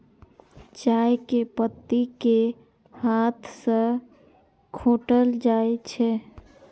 चाय के पत्ती कें हाथ सं खोंटल जाइ छै